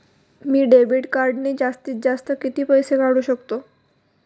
मी debit कार्डने जास्तीत जास्त किती पैसे काढू शकतो?